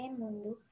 mundu